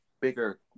bigger